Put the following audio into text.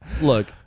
Look